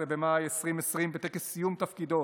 ב-18 במאי 2020, בטקס סיום תפקידו